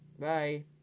bye